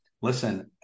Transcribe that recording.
Listen